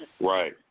Right